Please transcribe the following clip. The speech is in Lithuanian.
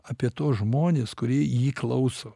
apie tuos žmones kurie jį klauso